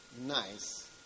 nice